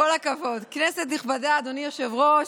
כנסת נכבדה, אדוני היושב-ראש,